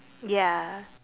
ya